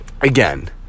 again